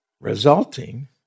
Resulting